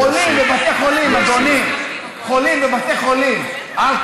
חולים בבתי חולים, אדוני.